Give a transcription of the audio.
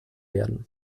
werden